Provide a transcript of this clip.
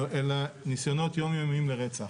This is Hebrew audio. אלה ניסיונות יום-יומיות לרצח.